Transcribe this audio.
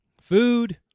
food